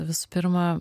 visų pirma